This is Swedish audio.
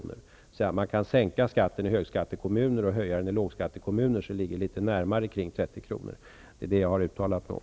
Man kan exempelvis sänka skatten i kommuner med höga skatter och höja den i kommuner med låga skatter, så att det ligger litet närmare 30 kr. Det är det som jag har uttalat mig om.